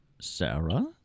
Sarah